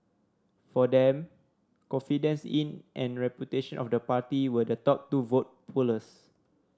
for them confidence in and reputation of the party were the top two vote pullers